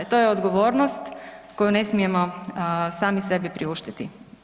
To je odgovornost koju ne smijemo sami sebi priuštiti.